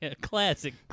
classic